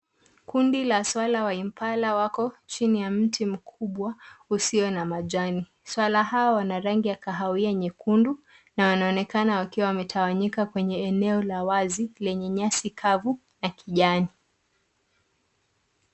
Kundi la swara wa Impala wako chini ya mti mkuwa usio na majani. Swara hawa wana rangi ya kahawia nyekundu na wanaonekana wakiwa wametawanyika kwenye eneo la wazi lenye nyasi kavu na kijani.